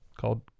called